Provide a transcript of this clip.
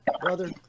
brother